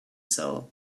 soul